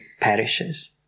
perishes